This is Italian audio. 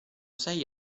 sei